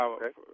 Okay